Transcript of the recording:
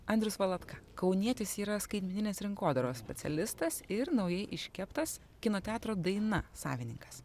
andrius valatka kaunietis yra skaitmeninės rinkodaros specialistas ir naujai iškeptas kino teatro daina savininkas